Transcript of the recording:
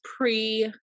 pre